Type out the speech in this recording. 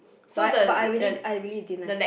but I but I really I really didn't like it